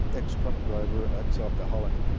ex-truck driver, ex-alcoholic,